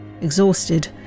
Exhausted